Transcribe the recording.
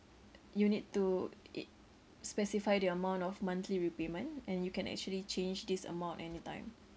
you need to i~ specify the amount of monthly repayment and you can actually change this amount anytime